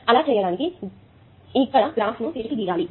అలా చేయడానికి ఇక్కడ గ్రాఫ్ను తిరిగి గీయాలి